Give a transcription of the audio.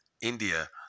India